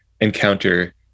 encounter